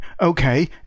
Okay